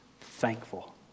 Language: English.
thankful